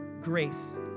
grace